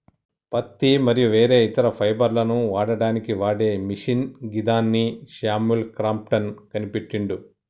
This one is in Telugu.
పత్తి మరియు వేరే ఇతర ఫైబర్లను వడకడానికి వాడే మిషిన్ గిదాన్ని శామ్యుల్ క్రాంప్టన్ కనిపెట్టిండు